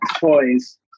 toys